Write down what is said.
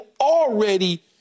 already